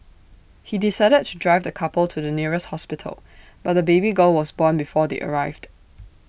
he decided to drive the couple to the nearest hospital but the baby girl was born before they arrived